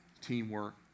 teamwork